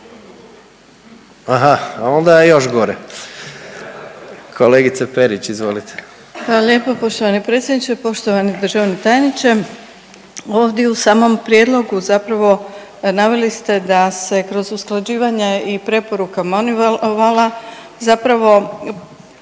Aha onda je još gore. Kolegice Perić izvolite. **Perić, Grozdana (HDZ)** Hvala lijepo. Poštovani predsjedniče, poštovani državni tajniče. Ovdje u samom prijedlogu zapravo naveli ste da se kroz usklađivanja i preporukama MONEYVAL-a zapravo